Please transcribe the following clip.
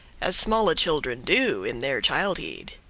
as smalle children do in their childhead.